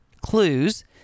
clues